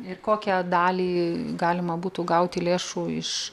ir kokią dalį galima būtų gauti lėšų iš